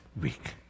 weak